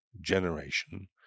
generation